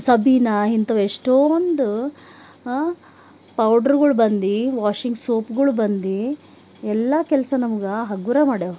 ಸಬೀನಾ ಇಂಥವು ಎಷ್ಟೊಂದು ಪೌಡ್ರುಗಳು ಬಂದು ವಾಷಿಂಗ್ ಸೋಪ್ಗಳು ಬಂದು ಎಲ್ಲ ಕೆಲಸ ನಮ್ಗೆ ಹಗುರ ಮಾಡ್ಯಾವು